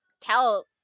tell